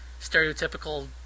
stereotypical